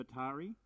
atari